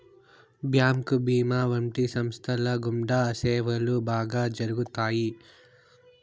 bank భీమా వంటి సంస్థల గుండా సేవలు బాగా జరుగుతాయి